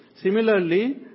Similarly